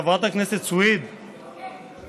חברת הכנסת סויד, כן.